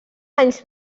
anys